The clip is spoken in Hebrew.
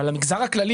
אבל המגזר הכללי,